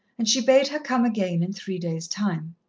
and she bade her come again in three days' time.